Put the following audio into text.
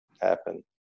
happen